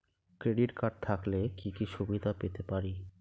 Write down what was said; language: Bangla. ক্রেডিট কার্ড থাকলে কি কি সুবিধা পেতে পারি?